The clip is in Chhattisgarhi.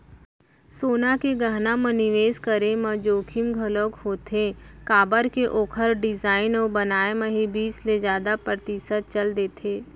सोना के गहना म निवेस करे म जोखिम घलोक होथे काबर के ओखर डिजाइन अउ बनाए म ही बीस ले जादा परतिसत चल देथे